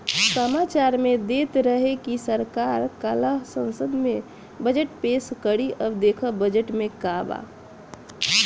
सामाचार में देत रहे की सरकार काल्ह संसद में बजट पेस करी अब देखऽ बजट में का बा